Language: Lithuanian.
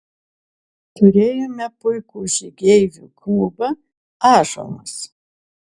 turėjome puikų žygeivių klubą ąžuolas